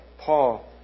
Paul